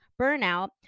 burnout